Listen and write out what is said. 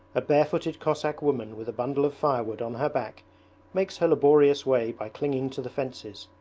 a barefooted cossack woman with a bundle of firewood on her back makes her laborious way by clinging to the fences,